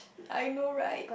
I know right